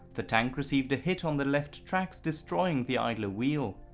the tank received a hit on the left tracks destroying the idler wheel.